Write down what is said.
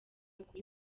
kuri